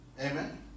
Amen